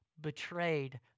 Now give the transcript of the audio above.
betrayed